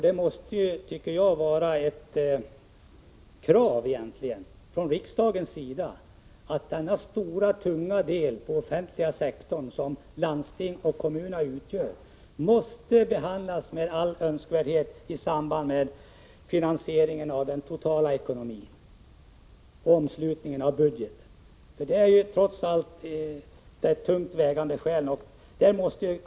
Det måste vara ett krav egentligen från riksdagens sida att denna stora och tunga del av den offentliga sektorn som landstingens och kommunernas ekonomi utgör, med all önskvärdhet skall behandlas i samband med frågan om finansieringen av den totala ekonomin. Det är tungt vägande skäl.